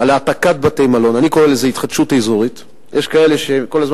על העתקת בתי-מלון, אני קורא לזה התחדשות אזורית.